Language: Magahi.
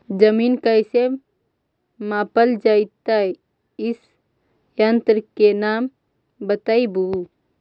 जमीन कैसे मापल जयतय इस यन्त्र के नाम बतयबु?